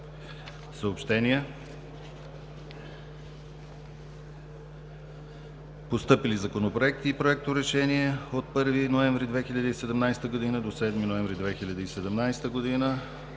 Съобщения. Постъпили законопроекти и проекторешения от 1 ноември 2017 г. до 7 ноември 2017 г.: На